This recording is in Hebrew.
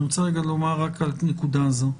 רק אומר על נקודה זו: